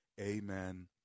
Amen